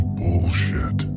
bullshit